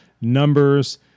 numbers